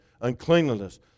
uncleanliness